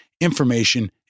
information